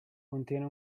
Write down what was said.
contiene